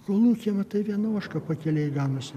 kolūkyje matai viena ožka pakelėj ganosi